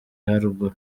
haruguru